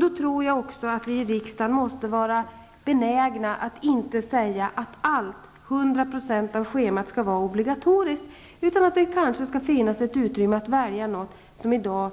Jag tror också att vi i riksdagen måste vara benägna att inte säga att allt, 100 % av schemat, skall vara obligatoriskt, utan att det kanske skall finnas ett utrymme att välja ett ämne som det i dag